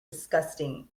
disgusting